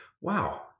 wow